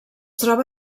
troba